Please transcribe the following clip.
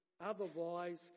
otherwise